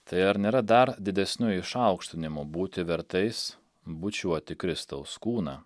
tai ar nėra dar didesniu išaukštinimu būti vertais bučiuoti kristaus kūną